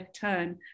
turn